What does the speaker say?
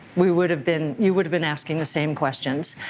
we would have been you would've been asking the same questions.